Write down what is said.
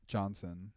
Johnson